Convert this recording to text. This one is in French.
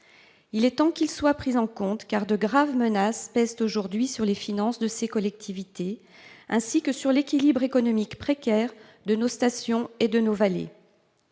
Il est temps qu'il soit pris en compte, car de graves menaces pèsent aujourd'hui sur les finances de ces collectivités, ainsi que sur l'équilibre économique précaire de nos stations et de nos vallées.